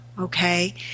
okay